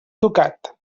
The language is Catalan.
tocat